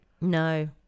No